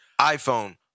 iPhone